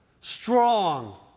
strong